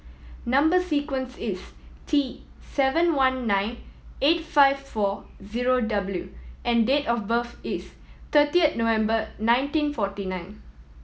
number sequence is T seven one nine eight five four zero W and date of birth is thirty November nineteen forty nine